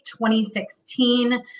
2016